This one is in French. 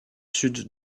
sud